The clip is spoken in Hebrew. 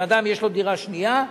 אם אדם יש לו דירה שנייה,